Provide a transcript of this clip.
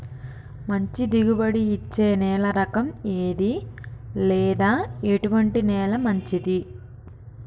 మంచి దిగుబడి ఇచ్చే నేల రకం ఏది లేదా ఎటువంటి నేల మంచిది?